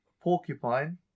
porcupine